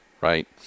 right